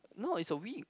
no is a week